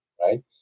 right